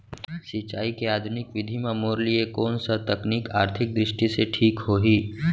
सिंचाई के आधुनिक विधि म मोर लिए कोन स तकनीक आर्थिक दृष्टि से ठीक होही?